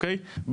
לא פוליטיות.